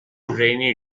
rainy